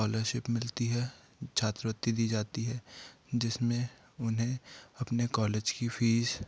scholarship मिलती है छात्रवृति दी जाती है जिसमें उन्हें अपने कॉलेज की फीस